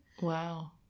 Wow